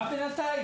מה בינתיים?